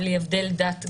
בלי הבדל דת,